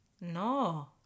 No